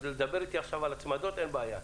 אז לדבר איתי עכשיו על הצמדות אין בעיה.